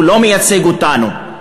הוא לא מייצג אותנו.